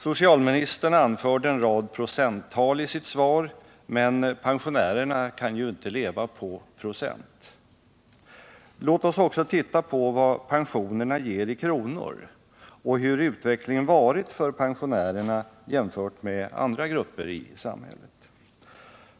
Socialministern anförde en rad procenttal i sitt svar, men pensionärerna kan ju inte leva på procent. Låt oss titta på vad pensionerna ger i kronor och hur utvecklingen varit för pensionärerna jämfört med andra grupper i samhället.